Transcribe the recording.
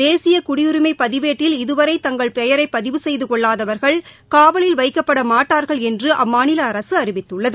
தேசிய குடியுரிமை பதிவேட்டில் இதுவரை தங்கள் பெயனர பதிவு செய்துக் கொள்ளாதவர்கள் காவலில் வைக்கப்பட மாட்டார்கள் என்று அம்மாநில அரசு அறிவித்துள்ளது